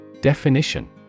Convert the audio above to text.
Definition